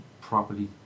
properly